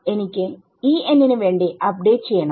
എനിക്ക് ന് വേണ്ടി അപ്ഡേറ്റ് ചെയ്യണം